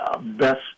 best